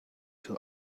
two